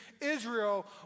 Israel